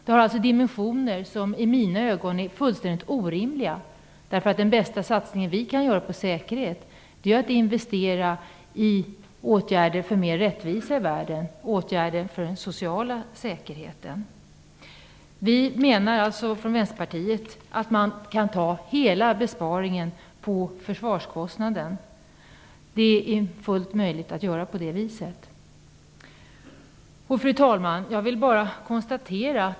Detta har dimensioner som i mina ögon är fullständigt orimliga, därför att den bästa satsning på säkerhet som vi kan göra är att investera i åtgärder för mer rättvisa i världen och åtgärder för den sociala säkerheten. Vi i Vänsterpartiet menar alltså att man kan ta hela besparingen på försvarsbudgeten. Det är fullt möjligt att göra på det viset. Fru talman!